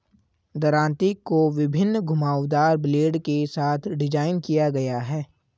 दरांती को विभिन्न घुमावदार ब्लेड के साथ डिज़ाइन किया गया है